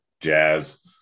jazz